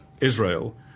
Israel